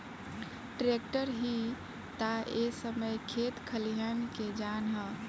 tractor ही ता ए समय खेत खलियान के जान ह